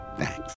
thanks